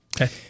Okay